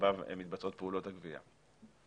שלגביו מתבצעות פעולות הגבייה.